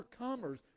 overcomers